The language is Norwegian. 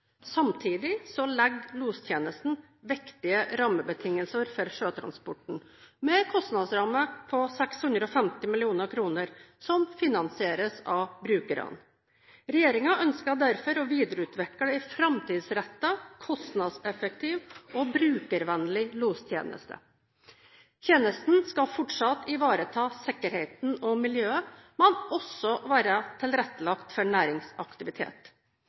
Samtidig legger lostjenesten viktige rammebetingelser for sjøtransporten, med en kostnadsramme på 650 mill. kr, som finansieres av brukerne. Regjeringen ønsker derfor å videreutvikle en framtidsrettet, kostnadseffektiv og brukervennlig lostjeneste. Tjenesten skal fortsatt ivareta sikkerheten og miljøet, men også være tilrettelagt for næringsaktivitet.